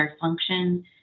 function